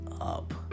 up